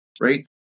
right